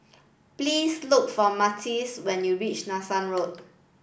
please look for Matthias when you reach Nanson Road